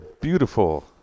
beautiful